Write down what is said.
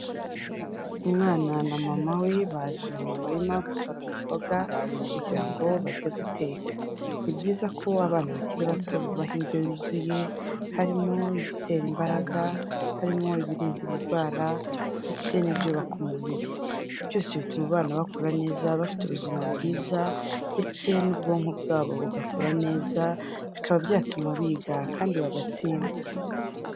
Umwana na mama we baje mu murima gusoroma imboga kugira ngo bajye guteka. Ni byiza ko abana bakiri bato babaha indyo yuzuye, harimo ibitera imbaraga, harimo ibirinda indwara ndetse n'ibyubaka umubiri. Byose bituma abana bakura neza bafite ubuzima bwiza ndetse n'ubwonko bwabo bugakora neza, bikaba byatuma biga kandi bagatsinda.